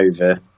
over